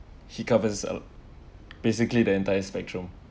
he covers uh basically the entire spectrum